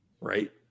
Right